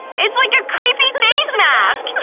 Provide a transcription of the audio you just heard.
it's like a creepy face mask!